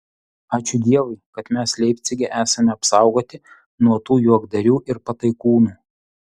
ačiū dievui kad mes leipcige esame apsaugoti nuo tų juokdarių ir pataikūnų